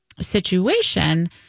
situation